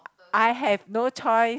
I have no choice